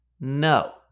No